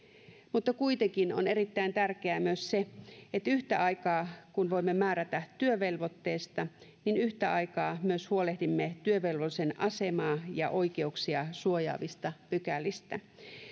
mutta kuitenkin on erittäin tärkeää myös se että kun voimme määrätä työvelvoitteesta niin yhtä aikaa myös huolehdimme työvelvollisen asemaa ja oikeuksia suojaavista pykälistä